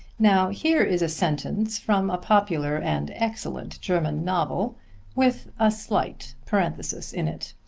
now here is a sentence from a popular and excellent german novel with a slight parenthesis in it.